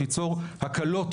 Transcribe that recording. ליצור הקלות